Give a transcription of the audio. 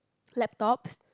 laptops